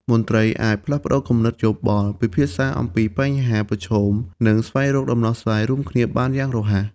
មន្ត្រីអាចផ្លាស់ប្តូរគំនិតយោបល់ ពិភាក្សាអំពីបញ្ហាប្រឈម និងស្វែងរកដំណោះស្រាយរួមគ្នាបានយ៉ាងរហ័ស។